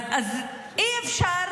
אז אי-אפשר